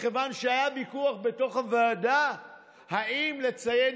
מכיוון שהיה ויכוח בתוך הוועדה אם לציין